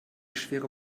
schwere